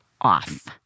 off